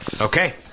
Okay